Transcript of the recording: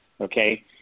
okay